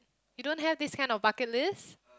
you don't have this kind of bucket list